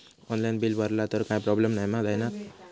Online bill भरला तर काय प्रोब्लेम नाय मा जाईनत?